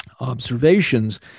observations